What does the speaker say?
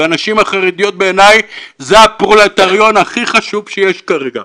והנשים החרדיות בעיניי זה הפרולטריון הכי חשוב שיש כרגע.